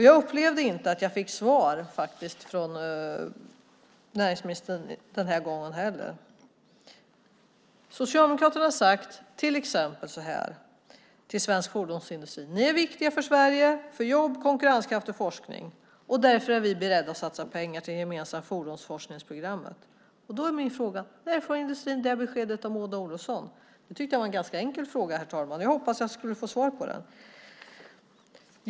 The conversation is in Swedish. Jag upplevde faktiskt inte att jag fick svar från näringsministern den här gången heller. Socialdemokraterna har till exempel sagt så här till svensk fordonsindustri: Ni är viktiga för Sverige, för jobb, konkurrenskraft och forskning. Därför är vi beredda att satsa pengar på ett gemensamt fordonsforskningsprogram. Då är min fråga: När får industrin det beskedet av Maud Olofsson? Det tycker jag var en ganska enkel fråga, herr talman. Jag hoppades att jag skulle få svar på den.